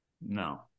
No